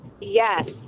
Yes